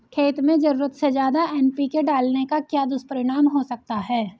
खेत में ज़रूरत से ज्यादा एन.पी.के डालने का क्या दुष्परिणाम हो सकता है?